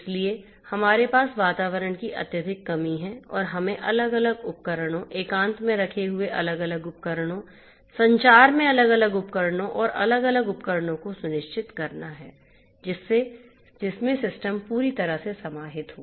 इसलिए हमारे पास वातावरण की अत्यधिक कमी है और हमें अलग अलग उपकरणों एकांत में रखे हुएअलग अलग उपकरणों संचार में अलग अलग उपकरणों और अलग अलग उपकरणों को सुनिश्चित करना है जिसमें सिस्टम पूरी तरह से समाहित है